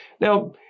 Now